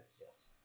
Yes